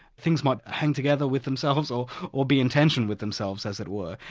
things might hang together with themselves, or or be in tension with themselves as it were.